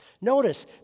Notice